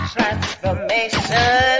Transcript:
Transformation